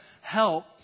help